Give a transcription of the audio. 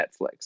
Netflix